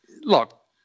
look